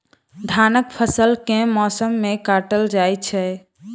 धानक फसल केँ मौसम मे काटल जाइत अछि?